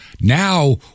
now